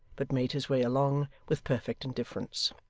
but made his way along, with perfect indifference.